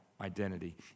identity